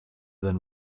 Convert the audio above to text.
than